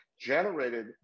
generated